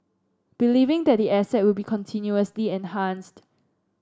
believing that the asset will be continuously enhanced